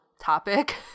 topic